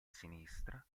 sinistra